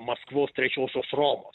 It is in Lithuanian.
maskvos trečiosios romos